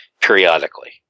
periodically